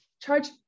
charge